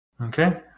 Okay